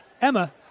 Emma